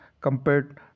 compared